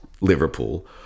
Liverpool